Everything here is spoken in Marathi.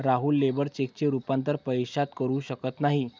राहुल लेबर चेकचे रूपांतर पैशात करू शकत नाही